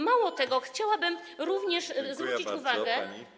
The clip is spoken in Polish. Mało tego, chciałabym również zwrócić uwagę.